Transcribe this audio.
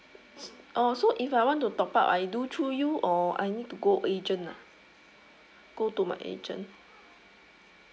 oh so if I want to top up I do through you or I need to go agent ah go to my agent